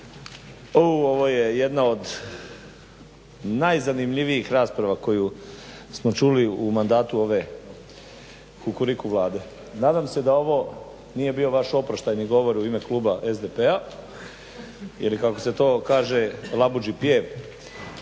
Ovo je jedno od najzanimljivijih rasprava koju smo čuli u mandatu ove kukuriku Vlade. Nadam se da ovo nije bio vaš oproštajni govor u ime kluba SDP-a jer je kako se to kaže labuđi pjev